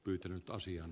kytenyt asian